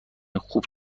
خوب